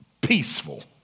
Peaceful